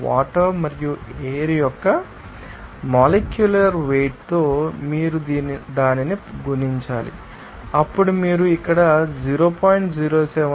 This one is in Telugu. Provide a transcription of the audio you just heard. ఆ వాటర్ మరియు ఎయిర్ యొక్క మొలేక్యూలర్ వెయిట్ తో మీరు దానిని గుణించాలి అప్పుడు మీరు ఇక్కడ 0